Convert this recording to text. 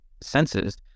senses